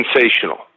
sensational